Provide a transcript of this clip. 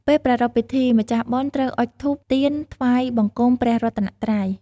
ពេលប្រារព្វពិធីម្ចាស់បុណ្យត្រូវអុជធូប ទៀន ថ្វាយបង្គំព្រះរតនត្រ័យ។